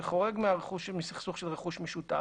זה חורג מהסכסוך של רכוש משותף,